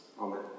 Amen